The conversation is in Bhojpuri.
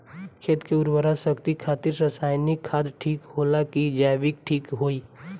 खेत के उरवरा शक्ति खातिर रसायानिक खाद ठीक होला कि जैविक़ ठीक होई?